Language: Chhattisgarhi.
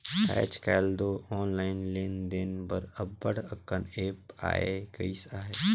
आएज काएल दो ऑनलाईन लेन देन बर अब्बड़ अकन ऐप आए गइस अहे